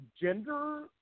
gender